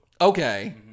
Okay